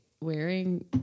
wearing